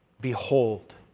Behold